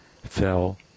fell